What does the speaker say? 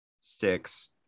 Sticks